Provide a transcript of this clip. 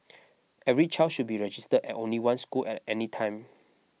every child should be registered at only one school at any time